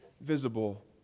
visible